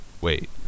Wait